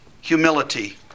humility